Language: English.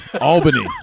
Albany